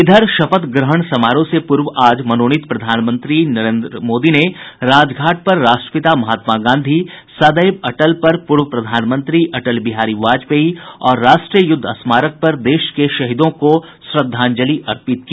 इधर शपथ ग्रहण समारोह से पूर्व आज मनोनीत प्रधानमंत्री नरेन्द्र मोदी ने राजघाट पर राष्ट्रपिता महात्मा गांधी सदैव अटल पर पूर्व प्रधानमंत्री अटल बिहारी वाजपेयी और राष्ट्रीय युद्ध स्मारक पर देश के शहीदों को श्रद्धांजलि अर्पित की